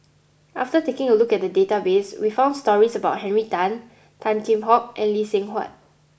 after taking a look at the database we found stories about Henry Tan Tan Kheam Hock and Lee Seng Huat